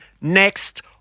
next